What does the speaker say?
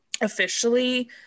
officially